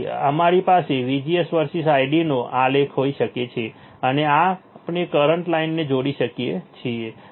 તેથી અમારી પાસે VGS વર્સીસ ID નો આલેખ હોઈ શકે છે અને આપણે કરંટ લાઇનને જોડી શકીએ છીએ